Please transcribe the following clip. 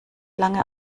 lange